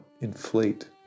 inflate